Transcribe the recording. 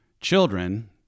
children